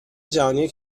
جهانی